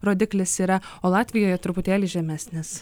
rodiklis yra o latvijoje truputėlį žemesnis